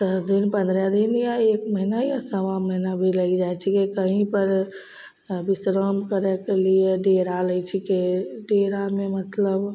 दस दिन पन्द्रह दिन या एक महीना या सवा महीना भी लगि जाइ छै कहींपर विश्राम करयके लिए डेरा लै छीकै डेरामे मतलब